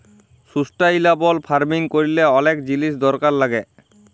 sustainable farming ক্যরলে অলেক জিলিস দরকার লাগ্যে